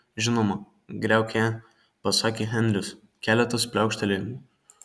žinoma griauk ją pasakė henris keletas pliaukštelėjimų